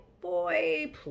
Boy